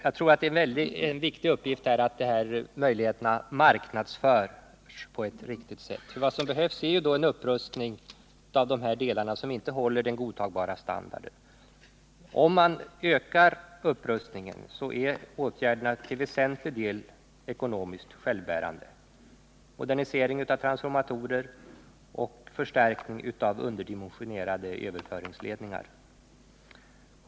Jag tror det är en viktig uppgift att se till att de här möjligheterna att reducera förlusterna marknadsförs på ett riktigt sätt. Vad som behövs är en upprustning av de delar av distributionsnätet som inte håller den godtagbara standarden. Om man ökar upprustningen är åtgärderna — modernisering av transformatorer och förstärkning av underdimensionerade överföringsledningar — till väsentlig del ekonomiskt självbärande.